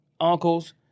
uncles